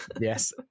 yes